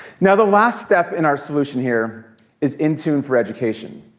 now, the last step in our solution here is intune for education.